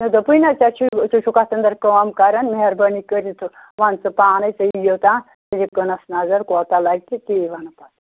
مےٚ دوٚپُے نا ژےٚ چھُے ژٕ چھُکھ اَتھ أنٛدر کٲم کَرَن مہربٲنی کٔرِتھ وَن ژٕ پانَے ژٕ یہِ یوتاں ژٕ دِ کٕنَس نظر کوتاہ لَگہِ تی وَنہٕ پَتہٕ